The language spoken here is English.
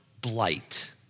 blight